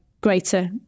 greater